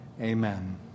Amen